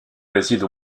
réside